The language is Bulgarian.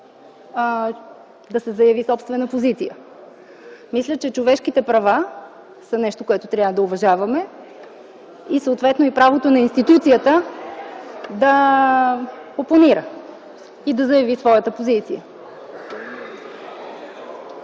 да се заяви собствена позиция. Мисля, че човешките права са нещо, което трябва да уважаваме и съответно правото на институцията да опонира и да заяви своята позиция.